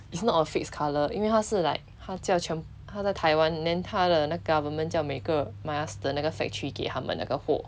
it's not a fixed color 因为它是 like 他教全他在 taiwan then 他的那个 government 叫每个 mask 的那个 factory 给他们那个货